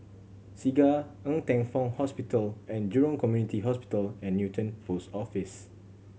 Segar Ng Teng Fong Hospital And Jurong Community Hospital and Newton Post Office